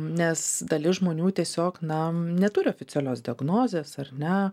nes dalis žmonių tiesiog na neturi oficialios diagnozės ar ne